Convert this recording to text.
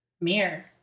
Mirror